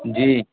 جی